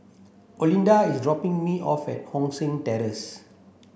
Olinda is dropping me off at Hong San Terrace